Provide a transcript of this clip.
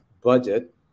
budget